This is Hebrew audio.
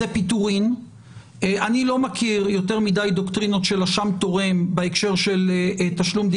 אני לא מכיר יותר מדי דוקטרינות של אשם תורם בהקשר של תשלום.